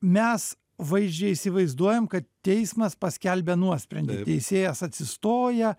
mes vaizdžiai įsivaizduojam kad teismas paskelbė nuosprendį teisėjas atsistoja